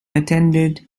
attended